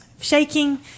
shaking